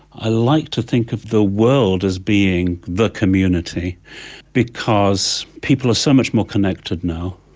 i like to think of the world as being the community because people are so much more connected now.